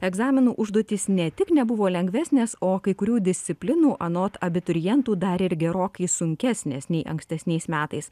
egzaminų užduotys ne tik nebuvo lengvesnės o kai kurių disciplinų anot abiturientų dar ir gerokai sunkesnės nei ankstesniais metais